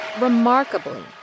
Remarkably